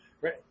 right